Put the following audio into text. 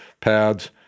pads